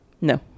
No